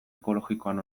ekologikoan